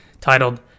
titled